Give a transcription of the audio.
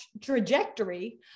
trajectory